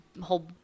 whole